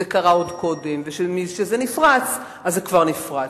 זה קרה עוד קודם, וכשזה נפרץ, זה כבר נפרץ.